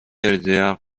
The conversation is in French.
elzéar